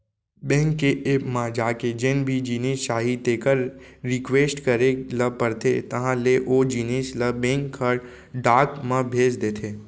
bank के app म जाके जेन भी जिनिस चाही तेकर रिक्वेस्ट करे ल परथे तहॉं ले ओ जिनिस ल बेंक ह डाक म भेज देथे